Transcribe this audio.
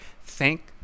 thank